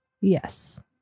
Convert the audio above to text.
Yes